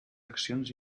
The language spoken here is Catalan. accions